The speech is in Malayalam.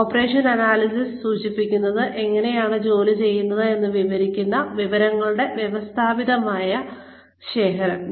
ഓപ്പറേഷൻ അനാലിസിസ് സൂചിപ്പിക്കുന്നത് എങ്ങനെയാണ് ജോലി ചെയ്യുന്നത് എന്ന് വിവരിക്കുന്ന വിവരങ്ങളുടെ വ്യവസ്ഥാപിത ശേഖരണമാണ്